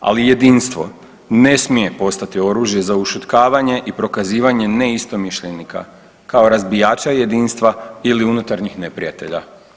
Ali jedinstvo ne smije postati oružje za ušutkavanje i prokazivanje neistomišljenika kao razbijača jedinstva ili unutarnjih neprijatelja.